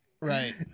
Right